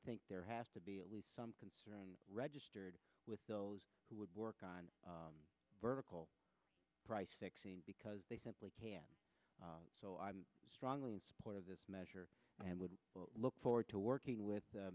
think there has to be at least some concern registered with those who would work on vertical price fixing because they simply so i'm strongly in support of this measure and would look forward to working with